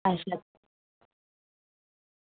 अच्छा